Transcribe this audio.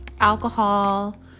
alcohol